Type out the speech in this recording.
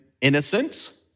innocent